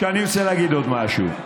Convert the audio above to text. אני רוצה להגיד עוד משהו.